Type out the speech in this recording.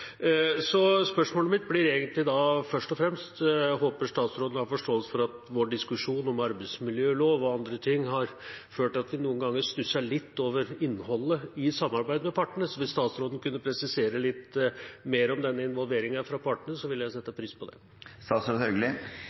Spørsmålet mitt gjelder egentlig først og fremst dette: Jeg håper statsråden har forståelse for at vår diskusjon om arbeidsmiljølov og andre ting har ført til at vi noen ganger stusser litt over innholdet i samarbeidet med partene, så hvis statsråden kunne presisere den involveringen av partene, ville jeg sette pris på det. Som jeg sa innledningsvis, skal vi innen årets utløp svare på